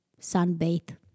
sunbathe